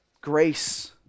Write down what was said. grace